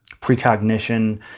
precognition